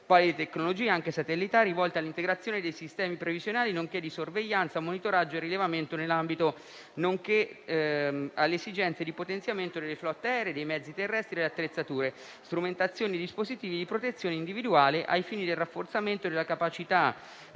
quali le tecnologie anche satellitari volte all'integrazione dei sistemi previsionali, di sorveglianza, monitoraggio e rilevamento nell'ambito, nonché alle esigenze di potenziamento delle flotte aeree, dei mezzi terrestri, delle attrezzature, delle strumentazioni, dei dispositivi di protezione individuale ai fini del rafforzamento della capacità di concorso